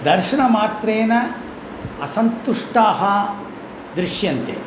दर्शनमात्रेण असन्तुष्टाः दृश्यन्ते